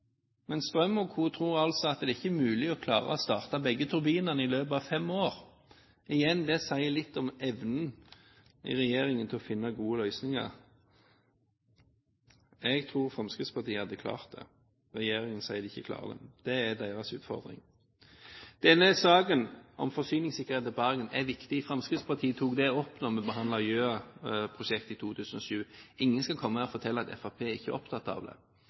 Men Strøm og co. tror altså ikke det er mulig å starte begge turbinene i løpet av fem år. Igjen: Det sier litt om evnen i regjeringen til å finne gode løsninger. Jeg tror Fremskrittspartiet hadde klart det. Regjeringen sier de ikke klarer det. Det er deres utfordring. Denne saken om forsyningssikkerhet til Bergen er viktig. Fremskrittspartiet tok det opp da vi behandlet Gjøa-prosjektet i 2007. Ingen skal komme her og fortelle at Fremskrittspartiet ikke er opptatt av det.